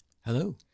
Hello